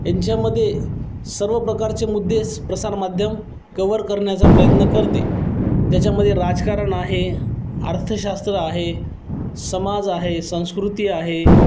यांच्यामध्ये सर्व प्रकारचे मुद्दे प्रसारमाध्यम कवर करण्याचा प्रयत्न करते ज्याच्यामध्ये राजकारण आहे अर्थशास्त्र आहे समाज आहे संस्कृती आहे